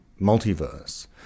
Multiverse